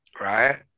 Right